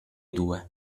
due